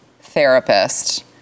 therapist